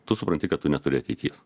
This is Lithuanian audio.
tu supranti kad tu neturi ateities